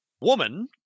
woman